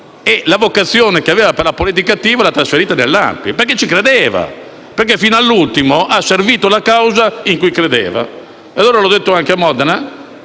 La vocazione che aveva per la politica attiva l'ha trasferita nell'ANPI, perché ci credeva, perché fino all'ultimo ha servito la causa in cui credeva. E allora, come ho detto anche a Modena,